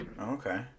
Okay